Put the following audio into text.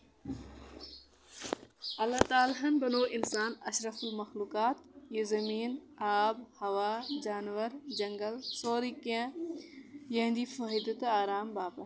اللہ تعالیٰ ہن بَنوو اِنسان اشرف المخلوقات یہِ زمیٖن آب ہوا جانور جنگل سورُے کیٚنٛہہ یِہندِ فٲیدٕ تہٕ آرام باپَتھ